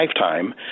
lifetime